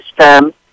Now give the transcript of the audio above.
system